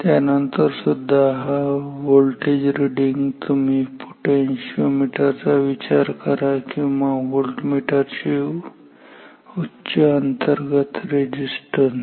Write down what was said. त्यानंतर सुद्धा ही व्होल्टेज रिडिंग तुम्ही पोटेन्शिओमीटर चा विचार करा किंवा व्होल्टमीटर चे उच्च अंतर्गत रेजिस्टन्स